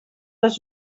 les